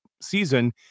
season